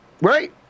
Right